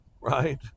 right